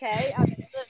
okay